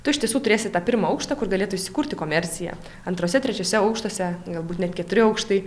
tu iš tiesų turėsi tą pirmą aukštą kur galėtų įsikurti komercija antruose trečiuose aukštuose galbūt net keturi aukštai